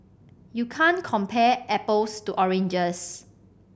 you can't compare apples to oranges